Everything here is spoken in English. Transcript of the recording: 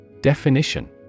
Definition